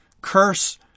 curse